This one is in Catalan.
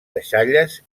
deixalles